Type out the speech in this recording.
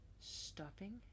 stopping